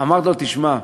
אמרתי לו: תשמע,